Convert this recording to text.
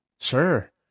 sure